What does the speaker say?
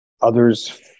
others